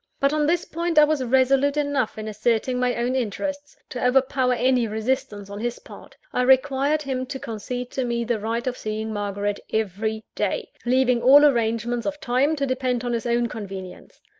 but on this point, i was resolute enough in asserting my own interests, to overpower any resistance on his part. i required him to concede to me the right of seeing margaret every day leaving all arrangements of time to depend on his own convenience.